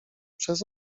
przez